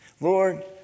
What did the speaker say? Lord